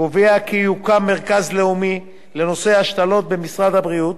קובע כי יוקם מרכז לאומי לנושא ההשתלות במשרד הבריאות,